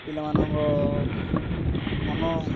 ପିଲାମାନଙ୍କ ମନ